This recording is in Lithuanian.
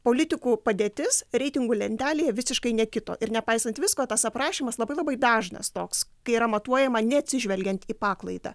politikų padėtis reitingų lentelėje visiškai nekito ir nepaisant visko tas aprašymas labai labai dažnas toks kai yra matuojama neatsižvelgiant į paklaidą